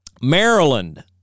Maryland